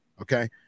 okay